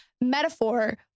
metaphor